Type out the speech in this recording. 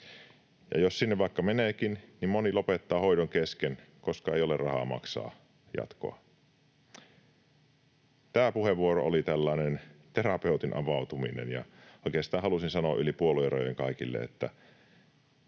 jos sinne vaikka meneekin, niin moni lopettaa hoidon kesken, koska ei ole rahaa maksaa jatkoa. Tämä puheenvuoro oli tällainen terapeutin avautuminen. Oikeastaan halusin sanoa yli puoluerajojen kaikille, että